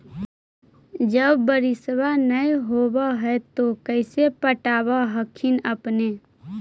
जब बारिसबा नय होब है तो कैसे पटब हखिन अपने?